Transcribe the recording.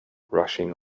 rushing